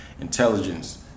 intelligence